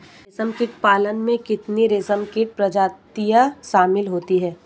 रेशमकीट पालन में कितनी रेशमकीट प्रजातियां शामिल होती हैं?